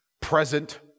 present